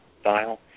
style